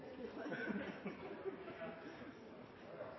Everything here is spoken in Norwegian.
Det